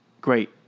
great